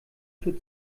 für